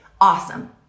Awesome